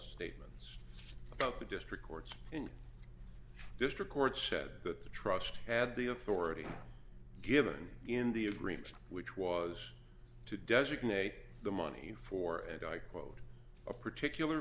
statements about the district courts in district court said that the trust had the authority given in the agreement which was to designate the money for quote a particular